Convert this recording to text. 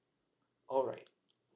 alright